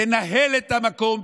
תנהל את המקום,